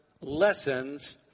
lessons